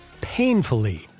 painfully